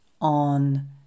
on